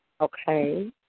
Okay